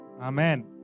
Amen